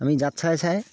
আমি জাত চাই চাই